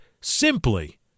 simply